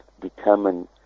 determine